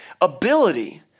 ability